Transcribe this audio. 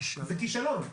זה כישלון.